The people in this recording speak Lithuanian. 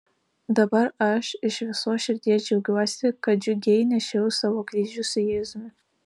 dabar aš iš visos širdies džiaugiuosi kad džiugiai nešiau savo kryžių su jėzumi